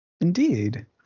Indeed